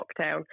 lockdown